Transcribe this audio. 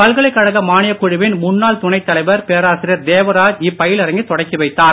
பல்கலைக்கழக மானியக் குழுவின் துணைத்தலைவர் பேராசிரியர் தேவராஜ் இப்பயிலரங்கை தொடக்கி வைத்தார்